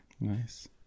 Nice